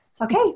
okay